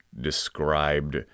described